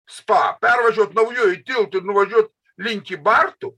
spa pervažiuot naujuoju tiltu ir nuvažiuot link kybartų